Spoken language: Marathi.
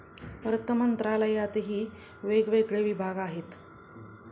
अर्थमंत्रालयातही वेगवेगळे विभाग आहेत